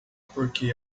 porque